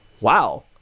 wow